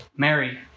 Mary